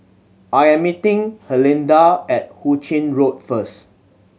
I am meeting Herlinda at Hu Ching Road first